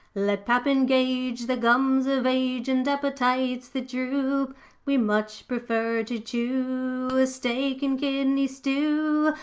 let pap engage the gums of age and appetites that droop we much prefer to chew a steak-and-kidney stew.